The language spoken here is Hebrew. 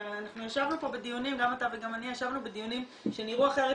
גם אתה וגם אני ישבנו בדיונים שנראו אחרת